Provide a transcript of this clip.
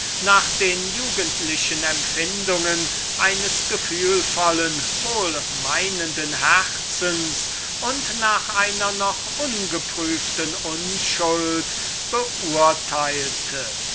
nach den jugendlichen empfindungen eines gefühlvollen herzens und nach einer noch ungeprüften unschuld beurteilte